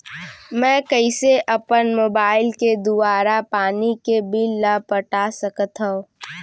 मैं कइसे अपन मोबाइल के दुवारा पानी के बिल ल पटा सकथव?